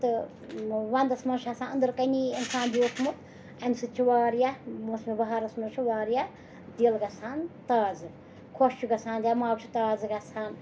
تہٕ وَندَس منٛز چھِ آسان أنٛدرٕ کَنی اِنسان بیوٗٹھمُت اَمہِ سۭتۍ چھِ واریاہ موسَمہِ بَہارَس منٛز چھِ واریاہ دِل گَژھان تازٕ خۄش چھُ گَژھان دٮ۪ماغ چھُ تازٕ گَژھان